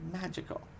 magical